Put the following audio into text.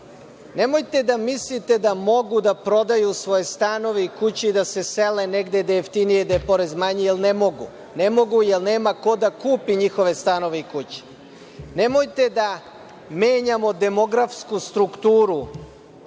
Nemojte da mislite da mogu da prodaju svoje stanove i kuće da se sele negde gde je jeftinije i gde je porez manji, jer ne mogu. Ne mogu jer nema ko da kupi njihove stanove i kuće. Nemojte da menjamo demografsku strukturu